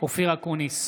אופיר אקוניס,